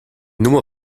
nummer